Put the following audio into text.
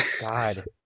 god